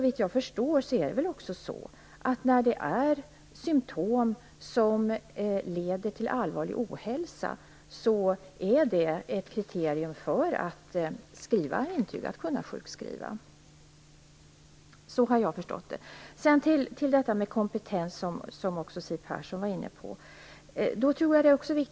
Att det finns symtom som leder till allvarlig ohälsa är väl ett kriterium för att skriva ett intyg, dvs. för att kunna sjukskriva. Så har jag förstått detta. Siw Persson var också inne på frågan om kompetens.